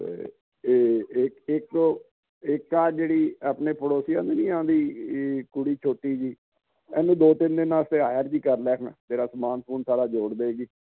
ਅਤੇ ਇਹ ਇੱਕ ਇੱਕ ਆ ਜਿਹੜੀ ਆਪਣੇ ਪੜੋਸੀਆਂ ਦੇ ਨਹੀਂ ਆਉਂਦੀ ਕੁੜੀ ਛੋਟੀ ਜੀ ਇਹਨੂੰ ਦੋ ਤਿੰਨ ਦਿਨ ਵਾਸਤੇ ਆਇਆ ਜੀ ਕਰ ਲਿਆ ਤੇਰਾ ਸਮਾਨ ਸਮੁਨ ਸਾਰਾ ਜੋੜ ਦੇਗੀ